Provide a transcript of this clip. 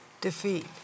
defeat